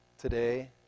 Today